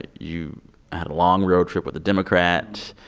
you had a long road trip with a democrat.